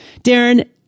darren